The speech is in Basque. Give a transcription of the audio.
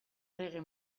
reggae